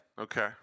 Okay